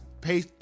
pay